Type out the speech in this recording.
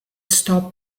stop